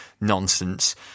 nonsense